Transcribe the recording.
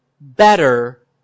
Better